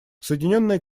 соединенное